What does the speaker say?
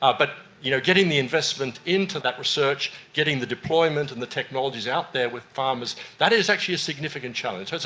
ah but you know getting the investment into that research, getting the deployment and the technologies out there with farmers, that is actually a significant challenge. but